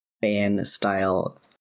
fan-style